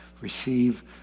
receive